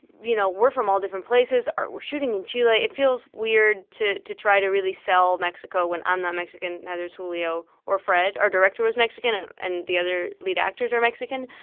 you know, we're from all different places. we're shooting in chile. it feels weird to to try to really sell mexico when i'm not mexican, neither is julio or fred. our director was mexican, and the other lead actors are mexican.